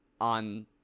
on